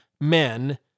men